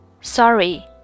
Sorry